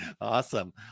Awesome